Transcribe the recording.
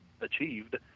achieved